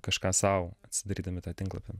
kažką sau atsidarydami tą tinklapį